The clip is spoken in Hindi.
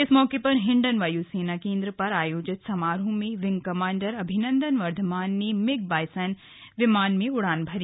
इस मौके पर हिंडन वायुसेना केन्द्र पर आयोजित समारोह में विंग कमांडर अभिनंदन वर्धमान ने मिग बाइसन विमान में उड़ान भरी